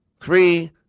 Three